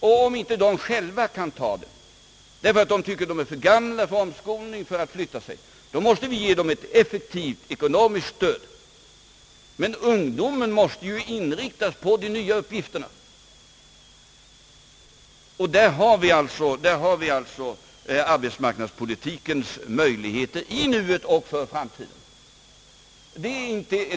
Om de inte kan ta dessa arbeten därför att de tycker att de är för gamla för omskolning och för att flytta på sig, så måste vi ge dem ett effektivt ekonomiskt stöd. Men ungdomen måste inriktas på de nya uppgifterna, och där har vi alltså arbetsmarknadspolitikens möjligheter i nuet och för framtiden.